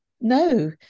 No